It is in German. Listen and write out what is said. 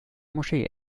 moschee